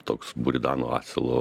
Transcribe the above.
toks buridano asilo